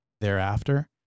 thereafter